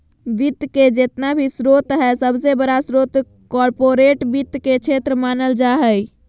वित्त के जेतना भी स्रोत हय सबसे बडा स्रोत कार्पोरेट वित्त के क्षेत्र मानल जा हय